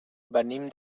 venim